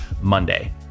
Monday